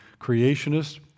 creationists